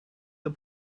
the